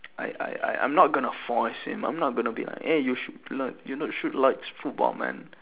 I I I I'm not going to force him I'm not going to be like eh you should l~ you not should like football man